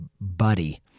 buddy